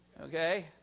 Okay